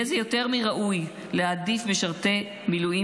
יהיה זה יותר מראוי להעדיף משרתי מילואים